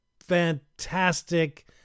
fantastic